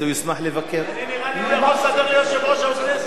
אם תסדר לו אצל יושב-ראש הכנסת,